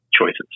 choices